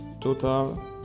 total